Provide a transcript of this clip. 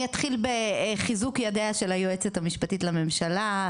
אני אתחיל בחיזוק ידיה של היועצת המשפטית לממשלה,